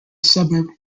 suburb